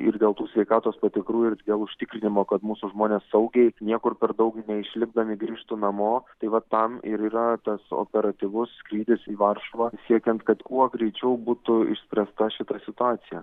ir dėl tų sveikatos patikrų ir dėl užtikrinimo kad mūsų žmonės saugiai niekur per daug neišlipdami grįžtų namo tai vat tam ir yra tas operatyvus skrydis į varšuvą siekiant kad kuo greičiau būtų išspręsta šita situacija